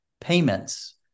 payments